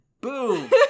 boom